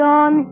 on